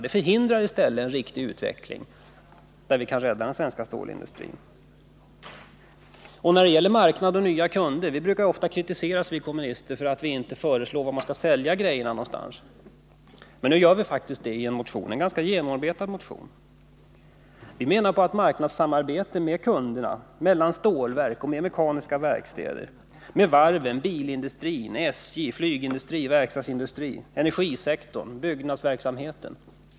Detta förhindrar en riktig utveckling för att rädda den svenska stålindustrin. När det gäller marknader och nya kunder vill jag framhålla att vi kommunister ofta brukar kritiseras för att vi inte föreslår var produkterna skall säljas. Men nu gör vi faktiskt det i vår motion, som är en ganska genomarbetad motion. Vi menar att ett marknadssamarbete bör etableras mellan stålverken och kunderna, de mekaniska verkstäderna, varven, bilindustrin, SJ, flygindustrin, verkstadsindustrin, energisektorn och byggnadsverksamheten.